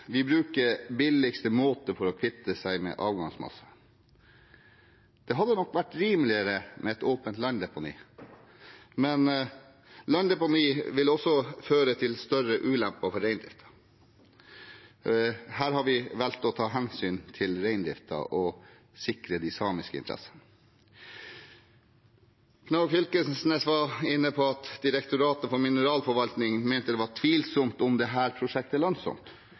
man bruker billigste måte for å kvitte seg med avgangsmassen. Det hadde nok vært rimeligere med et åpent landdeponi, men landdeponi vil føre til større ulemper for reindriften. Her har vi valgt å ta hensyn til reindriften og sikre de samiske interessene. Representanten Knag Fylkesnes var inne på at Direktoratet for mineralforvaltning mente det var tvilsomt om dette prosjektet var lønnsomt. Heldigvis er det Nussir som skal drive prosjektet,